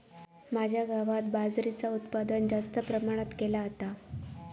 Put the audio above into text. माझ्या गावात बाजरीचा उत्पादन जास्त प्रमाणात केला जाता